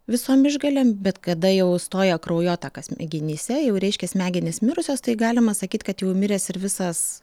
visom išgalėm bet kada jau stoja kraujotaka smegenyse jau reiškia smegenys mirusios tai galima sakyt kad jau miręs ir visas